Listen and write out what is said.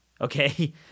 Okay